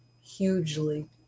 hugely